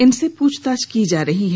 इनसे पुछताछ की जा रही है